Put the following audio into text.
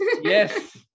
Yes